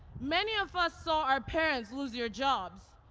many of us saw our parents lose their jobs.